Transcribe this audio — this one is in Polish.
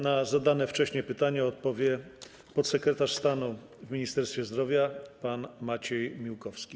Na zadane wcześniej pytania odpowie podsekretarz stanu w Ministerstwie Zdrowia pan Maciej Miłkowski.